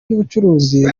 by’ubucuruzi